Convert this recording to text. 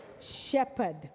Shepherd